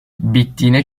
bittiğine